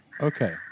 Okay